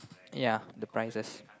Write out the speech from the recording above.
ya the prizes